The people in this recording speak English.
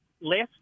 last